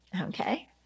Okay